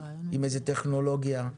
עם טכנולוגיה,